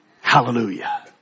Hallelujah